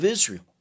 Israel